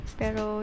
pero